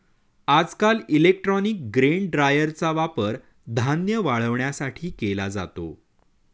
आजकाल electronic grain ड्रायरचा वापर धान्य वाळवण्यासाठी केला जातो